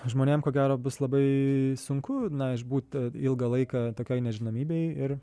žmonėm ko gero bus labai sunku išbūti ilgą laiką tokioj nežinomybėj ir